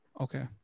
Okay